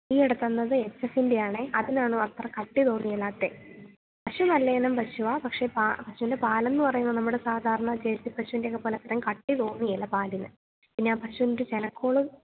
ഈയിടെ തന്നത് എച്ച് എഫിന്റേതാണ് അതിനാണ് അത്ര കട്ടി തോന്നുകയില്ലാത്തത് പക്ഷേ നല്ലയിനം പശുവാണ് പക്ഷേ പശുവിൻ്റെ പാലെന്ന് പറയുമ്പോള് നമ്മുടെ സാധാരണ ജേഴ്സി പശുവിൻ്റെയൊക്കെ പോലെ അത്രയും കട്ടി തോന്നുകയില്ല പാലിന് പിന്നെ ആ പശുവിൻ്റെ ചെനക്കോള്